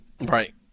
Right